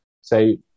say